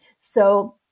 So-